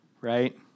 right